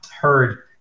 heard